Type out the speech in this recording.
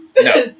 No